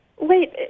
Wait